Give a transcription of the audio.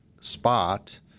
spot